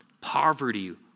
Poverty